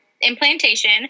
implantation